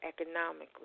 economically